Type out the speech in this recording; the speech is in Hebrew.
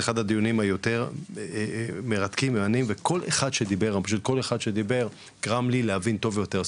אחד הדיונים היותר מרתקים ומהנים וכל אחד שדיבר גרם לי להבין טוב יותר,